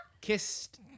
Kissed